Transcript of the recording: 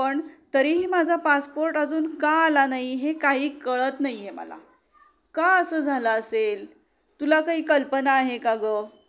पण तरीही माझा पासपोर्ट अजून का आला नाही हे काही कळत नाही आहे मला का असं झालं असेल तुला काही कल्पना आहे का गं